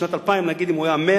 בשנת 2000, נגיד, אם הוא היה 100%,